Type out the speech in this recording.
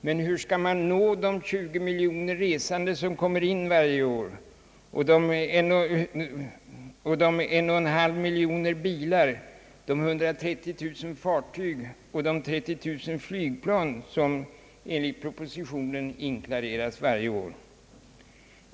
Men hur skall man nå de 20 miljoner resande som kommer in varje år, de 11/2 miljoner bilar, de 130 000 fartyg och de 30000 flygplan som enligt propositionen inklareras varje år?